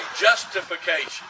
justification